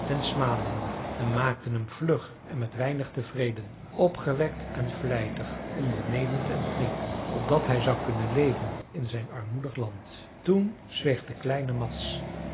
den smalander en maakte hem vlug en met weinig tevreden opgewekt en vlijtig ondernemend en flink opdat hij zou kunnen leven in zijn armoedig land toen zweeg de kleine mads